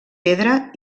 pedra